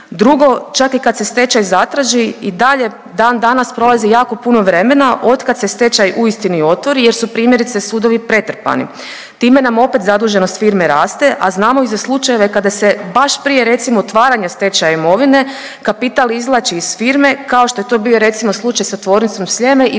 Drugo, čak i kad se stečaj zatraži, i dalje dandanas prolazi jako puno vremena otkako se stečaj uistinu i otvori jer su, primjerice, sudovi pretrpani. Time nam opet zaduženost firme raste, a znamo i za slučajeve kada se baš prije, recimo, otvara stečaja imovine, kapital izvlači iz firme, kao što je to bio i recimo, slučaj sa tvornicom Sljeme i